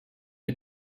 les